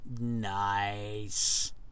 Nice